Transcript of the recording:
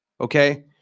okay